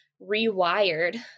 rewired